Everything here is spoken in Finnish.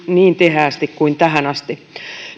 niin tiheästi kuin tähän asti